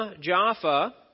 Jaffa